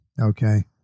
Okay